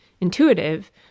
intuitive